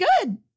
good